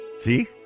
See